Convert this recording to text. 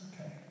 Okay